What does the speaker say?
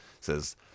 says